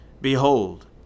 Behold